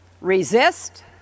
Resist